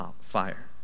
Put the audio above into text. fire